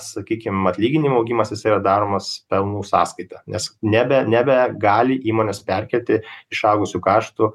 sakykim atlyginimų augimas yra daromas pelnų sąskaita nes nebe nebegali įmones perkelti išaugusių kaštų